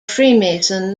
freemason